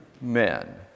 men